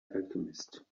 alchemist